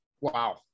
Wow